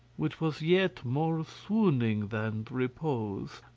which was yet more swooning than repose.